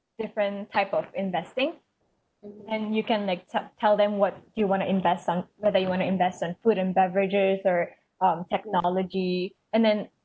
different type of investing and you can like te~ tell them what you want to invest on whether you want to invest on food and beverages or on technology and then